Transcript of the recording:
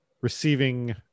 receiving